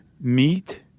meat